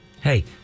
Hey